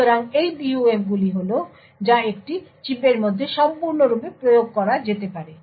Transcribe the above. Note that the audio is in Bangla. সুতরাং এই PUFগুলি হল যা একটি চিপের মধ্যে সম্পূর্ণরূপে প্রয়োগ করা যেতে পারে